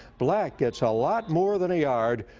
black gets a lot more than a yard.